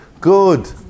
good